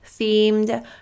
themed